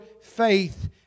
faith